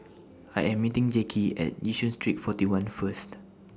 I Am meeting Jackie At Yishun Street forty one First